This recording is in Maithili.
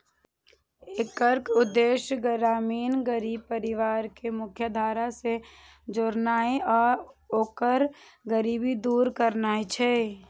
एकर उद्देश्य ग्रामीण गरीब परिवार कें मुख्यधारा सं जोड़नाय आ ओकर गरीबी दूर करनाय छै